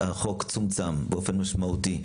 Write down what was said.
החוק פה מצומצם באופן משמעותי.